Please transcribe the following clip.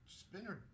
spinner